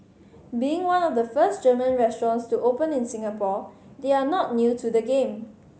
being one of the first German restaurants to open in Singapore they are not new to the game